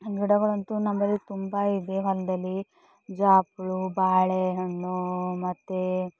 ಗಿಡಗಳಂತೂ ನಮ್ಮಲ್ಲಿ ತುಂಬ ಇದೆ ಹೊಲದಲ್ಲಿ ಜಾಪುಳು ಬಾಳೆ ಹಣ್ಣು ಮತ್ತು